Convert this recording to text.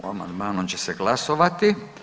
O amandmanu će se glasovati.